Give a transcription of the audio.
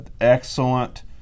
Excellent